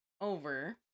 over